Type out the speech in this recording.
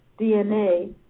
DNA